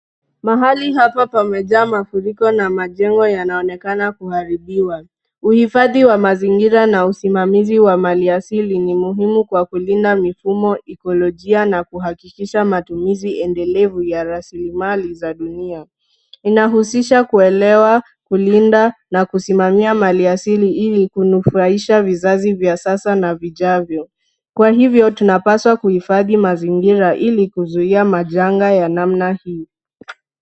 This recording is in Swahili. Mahali hapa pamejaa mafuriko na majengo yanaonekana kuharibiwa. Uhifadhi wa mazingira na usimamizi wa maliasili ni muhimu kwa kulinda mifumo, ikolojia na kuhakikisha matumizi endelevu ya rasilimali za dunia. Inahusisha kuelewa, kulinda, na kusimamia maliasili ili kunufuahisha vizazi vya sasa na vijavyo. Kwa hivyo tunapaswa kuhifadhi mazingira ili kuzuia majanga ya namna hii.